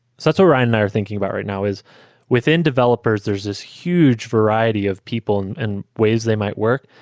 that's what ryan and i are thinking about right now, is within developers, there's this huge variety of people and and ways they might work.